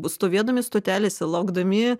stovėdami stotelėse laukdami